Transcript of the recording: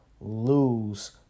lose